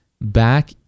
back